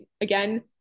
again